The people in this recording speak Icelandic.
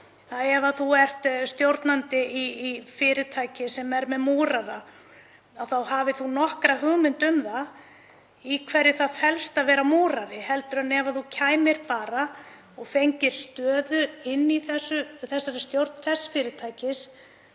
ef þú ert stjórnandi í fyrirtæki sem er með múrara í vinnu þá hafir þú nokkra hugmynd um í hverju það felst að vera múrari, frekar en ef þú kæmir bara og fengir stöðu í stjórn þess fyrirtækis